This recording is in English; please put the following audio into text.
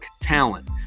talent